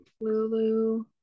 Lulu